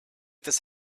this